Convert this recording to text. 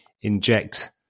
inject